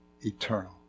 eternal